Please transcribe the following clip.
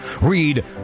Read